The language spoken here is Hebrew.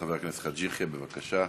חבר הכנסת חאג' יחיא, בבקשה.